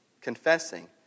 confessing